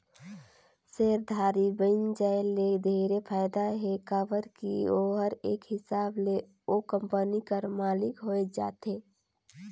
सेयरधारी बइन जाये ले ढेरे फायदा हे काबर की ओहर एक हिसाब ले ओ कंपनी कर मालिक होए जाथे